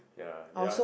yeah that one